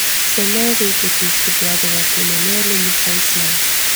seniau vaikučiai skubėdavo piemenėlių mišiosna